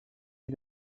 die